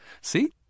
See